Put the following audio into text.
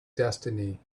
destiny